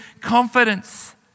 confidence